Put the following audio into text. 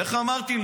איך אמרתי?